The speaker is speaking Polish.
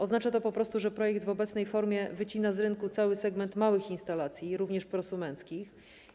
Oznacza to po prostu, że projekt w obecnej formie wycina z rynku cały segment małych instalacji, również prosumenckich.